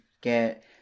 get